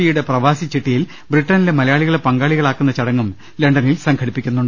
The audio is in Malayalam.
ഇയുടെ പ്രവാസി ചിട്ടിയിൽ ബ്രിട്ടനിലെ മലയാളികളെ പങ്കാളികളാക്കുന്ന ചടങ്ങും ലണ്ടനിൽ സംഘ ടിപ്പിക്കുന്നുണ്ട്